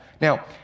Now